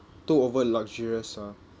too over luxurious ah